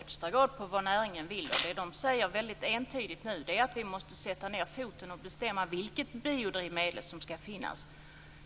Herr talman! Jag lyssnar i högsta grad på vad näringen vill, och den säger nu entydigt att vi måste sätta ned foten och bestämma vilket biodrivmedel som ska finnas